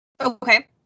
Okay